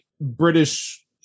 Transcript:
british